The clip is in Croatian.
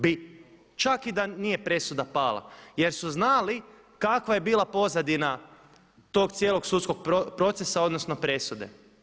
Bi, čak i da nije presuda pala jer su znali kakva je bila pozadina tog cijelog sudskog procesa odnosno presude.